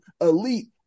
Elite